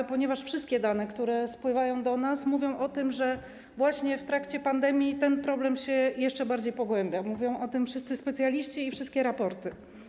Pytam, ponieważ wszystkie dane, które spływają do nas, mówią o tym, że właśnie w trakcie pandemii ten problem jeszcze bardziej się pogłębia, mówią o tym wszyscy specjaliści i wszystkie raporty.